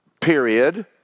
period